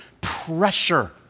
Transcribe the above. pressure